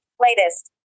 Latest